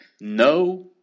no